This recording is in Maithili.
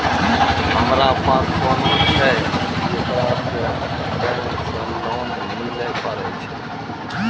हमारा पास सोना छै येकरा पे बैंक से लोन मिले पारे छै?